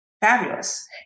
Fabulous